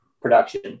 production